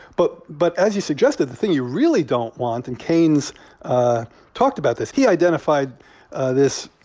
but but as you suggested, the thing you really don't want and keynes talked about this. he identified ah this,